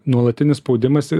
nuolatinis spaudimas